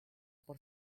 por